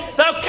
thou